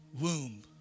womb